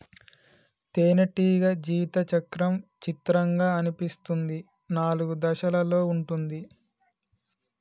తేనెటీగ జీవిత చక్రం చిత్రంగా అనిపిస్తుంది నాలుగు దశలలో ఉంటుంది